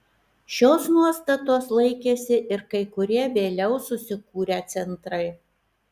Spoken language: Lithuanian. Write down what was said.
šios nuostatos laikėsi ir kai kurie vėliau susikūrę centrai